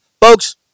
Folks